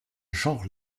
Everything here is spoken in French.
genre